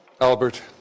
Albert